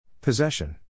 Possession